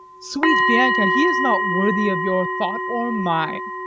sweet bianca, he is not worthy of your thought or mine.